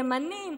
ימנים,